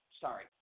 sorry